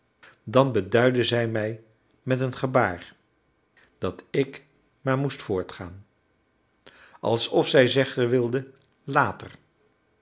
dan beduidde zij mij met een gebaar dat ik maar moest voortgaan alsof zij zeggen wilde later